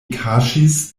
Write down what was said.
kaŝis